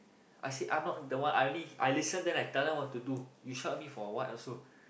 I said I'm not the one I only I listen and tell them what to do you shout at me for what also